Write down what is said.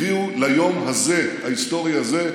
הביאו ליום ההיסטורי הזה,